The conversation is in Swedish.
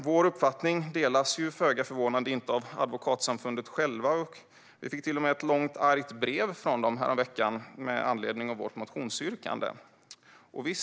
Vår uppfattning delas föga förvånande inte av Advokatsamfundet själva, och vi fick till och med ett långt, argt brev från dem häromveckan med anledning av vårt motionsyrkande.